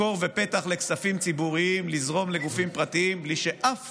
מקור ופתח לזרימת כספים ציבוריים לגופים פרטיים בלי שאף